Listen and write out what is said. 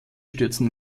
stürzen